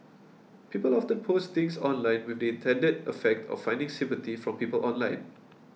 people often post things online with the intended effect of finding sympathy from people online